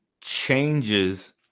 changes